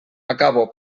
acabo